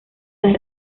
las